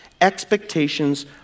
Expectations